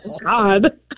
God